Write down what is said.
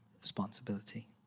responsibility